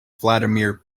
vladimir